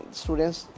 students